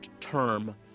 term